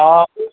हँ